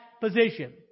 position